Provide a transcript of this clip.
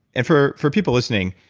and for for people listening,